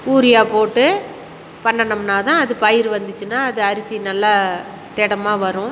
urea போட்டு பண்ணணும்னாதான் அது பயிர் வந்துச்சுனால் அது அரிசி நல்லா திடமா வரும்